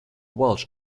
welsh